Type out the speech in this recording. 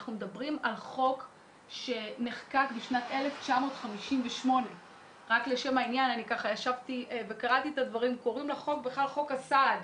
אנחנו מדברים על חוק שנחקק בשנת 1958. קוראים לחוק חוק הסעד